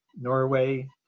Norway